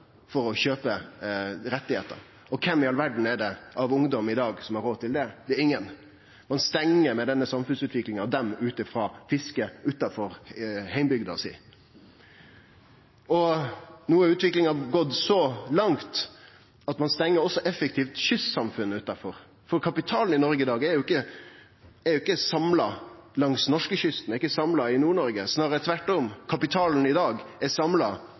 for å kjøpe rettar. Kven i all verda av ungdomane i dag har råd til det? Det er ingen. Ein stengjer dei ute frå fisket utanfor heimbygda si med denne samfunnsutviklinga. No har utviklinga gått så langt at ein stengjer også effektivt kystsamfunnet utanfor, for kapitalen i Noreg i dag er jo ikkje samla langs norskekysten, han er ikkje samla i Nord-Noreg. Snarare tvert om: 40 pst. av kapitalen i Noreg i dag er